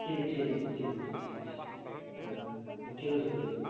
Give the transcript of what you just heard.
ଠିକ୍ ଠିକ୍ ଅଛି ଠିକ୍ ଅଛି ଠିକ୍ ଅଛି ଆଜ୍ଞା ଠିକ୍ ଅଛି କହୁଛି